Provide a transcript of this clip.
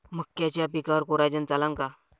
मक्याच्या पिकावर कोराजेन चालन का?